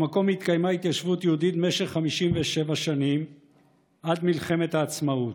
במקום התקיימה התיישבות יהודית במשך 57 שנים עד מלחמת העצמאות,